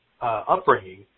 upbringing